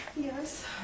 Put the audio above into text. Yes